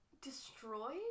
Destroyed